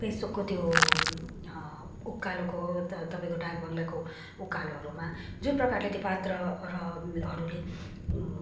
पेशोकको त्यो उकालोको तपाईँको डाक बङ्गलाको उकालोहरूमा जुन प्रकारले त्यो पात्र र हरूले